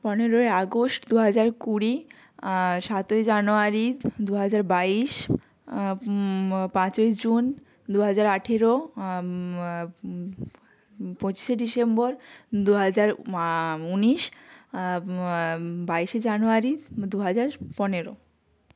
পনেরোই আগস্ট দু হাজার কুড়ি সাতই জানুয়ারি দু হাজার বাইশ পাঁচই জুন দু হাজার আঠেরো পঁচিশে ডিসেম্বর দু হাজার উনিশ বাইশে জানুয়ারি দু হাজার পনেরো